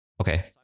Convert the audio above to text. Okay